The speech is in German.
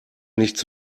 nichts